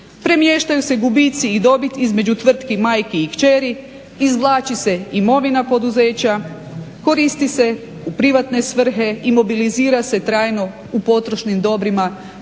Premještaju se gubici i dobit između tvrtki majki i kćeri, izvlači se imovina poduzeća, koristi se u privatne svrhe i mobilizira se trajno u potrošnim dobrima